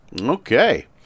Okay